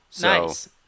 Nice